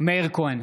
מאיר כהן,